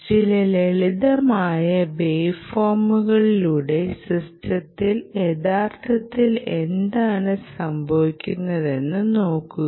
ചില ലളിതമായ വേവ് ഫോമുകളിലൂടെ സിസ്റ്റത്തിൽ യഥാർത്ഥത്തിൽ എന്താണ് സംഭവിക്കുന്നതെന്ന് നിങ്ങൾ നോക്കുക